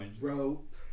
Rope